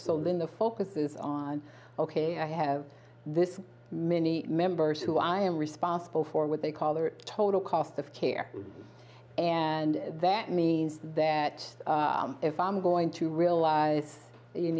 so then the focus is on ok i have this man members who i am responsible for what they call the total cost of care and that means that if i'm going to realize